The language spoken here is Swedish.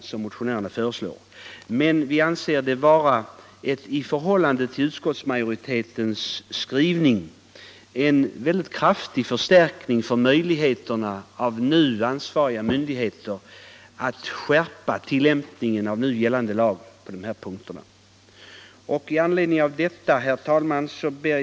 Vi anser att reservationens förslag är en i förhållande till utskottsmajoritetens skrivning väldigt kraftig förstärkning av möjligheterna för ansvariga myndigheter att skärpa tillämpningen av nu gällande lag på dessa punkter. Herr talman!